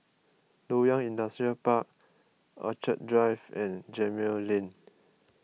Loyang Industrial Park Orchid Drive and Gemmill Lane